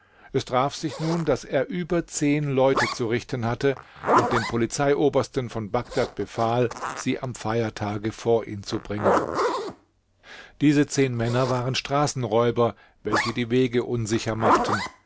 es traf sich nun daß er über zehn leute zu richten hatte und dem polizeiobersten von bagdad befahl sie am feiertage vor ihn zu bringen diese zehn männer waren straßenräuber welche die wege unsicher machten